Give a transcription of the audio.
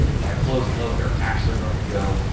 when i close and load, they're actually going to go